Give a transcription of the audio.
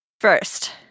First